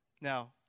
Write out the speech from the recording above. now